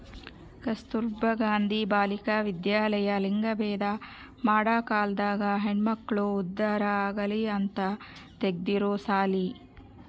ಕಸ್ತುರ್ಭ ಗಾಂಧಿ ಬಾಲಿಕ ವಿದ್ಯಾಲಯ ಲಿಂಗಭೇದ ಮಾಡ ಕಾಲ್ದಾಗ ಹೆಣ್ಮಕ್ಳು ಉದ್ದಾರ ಆಗಲಿ ಅಂತ ತೆಗ್ದಿರೊ ಸಾಲಿ